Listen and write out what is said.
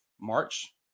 March